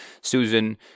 Susan